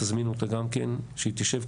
תזמינו אותה גם כן שהיא תשב,